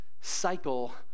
cycle